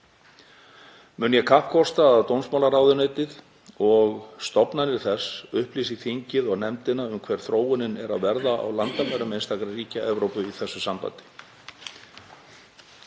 Mun ég kappkosta að dómsmálaráðuneytið og stofnanir þess upplýsi þingið og nefndina um hver þróunin er að verða á landamærum einstakra ríkja Evrópu í þessu sambandi.